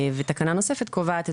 תקנה נוספת קובעת,